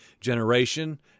generation